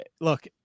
look